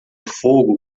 fogo